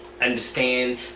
Understand